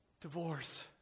divorce